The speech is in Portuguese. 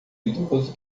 idoso